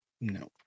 no